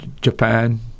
Japan